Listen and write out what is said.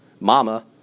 Mama